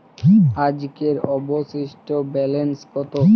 আজকের অবশিষ্ট ব্যালেন্স কত?